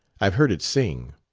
i've heard it sing.